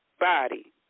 body